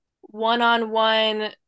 one-on-one